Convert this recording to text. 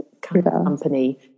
company